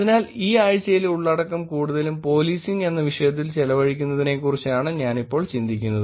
അതിനാൽ ഈ ആഴ്ചയിലെ ഉള്ളടക്കം കൂടുതലും പോലീസിങ് എന്ന വിഷയത്തിൽ ചെലവഴിക്കുന്നതിനെക്കുറിച്ചാണ് ഞാനിപ്പോൾ ചിന്തിക്കുന്നത്